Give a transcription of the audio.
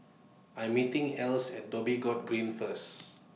I'm meeting Alys At Dhoby Ghaut Green First